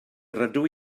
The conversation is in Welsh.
rydw